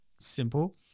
simple